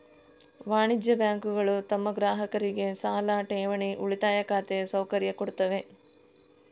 ವಾಣಿಜ್ಯ ಬ್ಯಾಂಕುಗಳು ತಮ್ಮ ಗ್ರಾಹಕರಿಗೆ ಸಾಲ, ಠೇವಣಿ, ಉಳಿತಾಯ ಖಾತೆ ಸೌಕರ್ಯ ಕೊಡ್ತವೆ